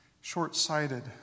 short-sighted